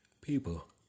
people